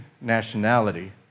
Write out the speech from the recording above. nationality